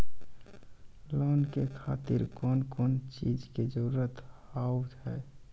Loan के खातिर कौन कौन चीज के जरूरत हाव है?